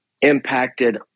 Impacted